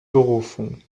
berufung